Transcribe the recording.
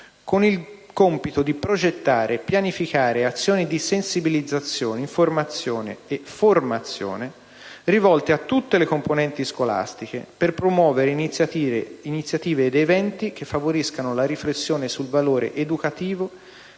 con il compito di progettare e pianificare azioni di sensibilizzazione, di informazione e di formazione, rivolte a tutte le componenti scolastiche, per promuovere iniziative ed eventi che favoriscano la riflessione sul valore educativo